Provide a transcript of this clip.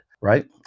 right